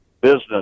business